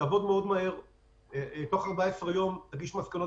שתעבוד מאוד מהר ותוך 14 יום תגיש מסקנות